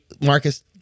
Marcus